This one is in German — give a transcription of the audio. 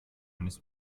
eines